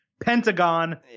Pentagon